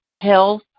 health